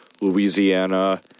Louisiana